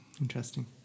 Interesting